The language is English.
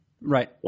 Right